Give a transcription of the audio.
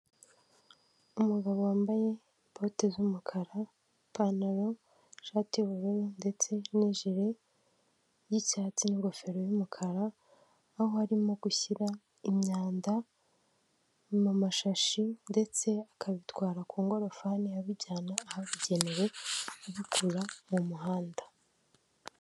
Umugabo wambaye bote z'umukara, ipantaro, ishati y'ubururu ndetse n'ijiri y'icyatsi n'ingofero y'umukara, aho arimo gushyira imyanda mu mashashi ndetse akabitwara ku ngorofani abijyana ahabugenewe abikura mu muhanda.